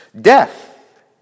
Death